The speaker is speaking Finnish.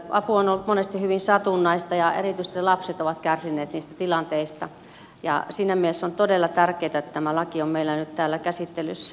apu on ollut monesti hyvin satunnaista ja erityisesti lapset ovat kärsineet niistä tilanteista ja siinä mielessä on todella tärkeätä että tämä laki on meillä nyt täällä käsittelyssä